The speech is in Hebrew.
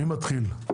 החקלאות בבקשה,